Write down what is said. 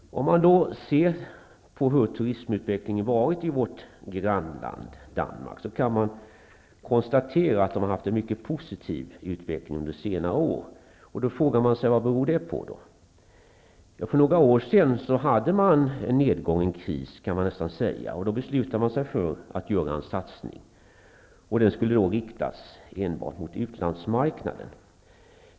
Om man ser på hur turismutvecklingen har varit i vårt grannland Danmark, kan man konstatera att man där har haft en mycket positiv utveckling under senare år. Då kan man fråga sig vad det beror på. För några år sedan hade man en nedgång, och man kan nästan säga att det var en kris. Då beslutade man sig för att göra en satsning. Den skulle riktas enbart mot utlandsmarknaden.